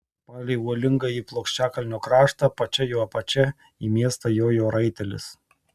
palei uolingąjį plokščiakalnio kraštą pačia jo apačia į miestą jojo raitelis